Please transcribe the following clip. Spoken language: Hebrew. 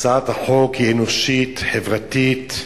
הצעת החוק היא אנושית, חברתית.